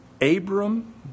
Abram